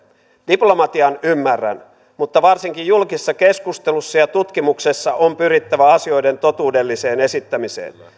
diplomatian ymmärrän mutta varsinkin julkisessa keskustelussa ja tutkimuksessa on pyrittävä asioiden totuudelliseen esittämiseen